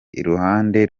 iruhande